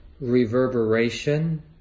reverberation